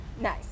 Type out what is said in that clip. Nice